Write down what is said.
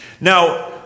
Now